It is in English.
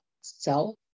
self